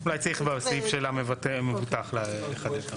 כן, אולי צריך בסעיף של המבוטח לחדד את זה.